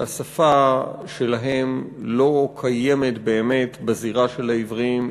שהשפה שלהם לא קיימת באמת בזירה של העיוורים,